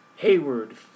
Hayward